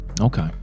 okay